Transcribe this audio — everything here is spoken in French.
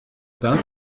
pain